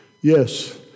Yes